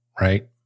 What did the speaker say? right